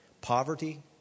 poverty